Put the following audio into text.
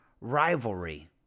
rivalry